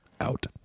out